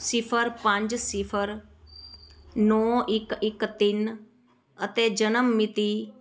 ਸਿਫਰ ਪੰਜ ਸਿਫਰ ਨੌਂ ਇੱਕ ਇੱਕ ਤਿੰਨ ਅਤੇ ਜਨਮ ਮਿਤੀ